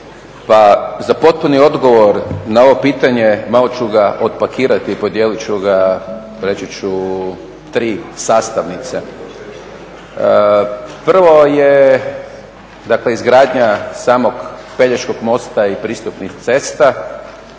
za potpuni odgovor na ovo pitanje malo ću ga otpakirati i podijelit ću ga reći ću u tri sastavnice. Prvo je dakle izgradnja samog Pelješkog mosta i pristupnih cesta,